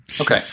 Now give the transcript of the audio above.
Okay